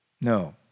No